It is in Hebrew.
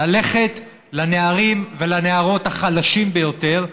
ללכת לנערים ולנערות החלשים ביותר,